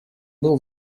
был